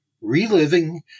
Reliving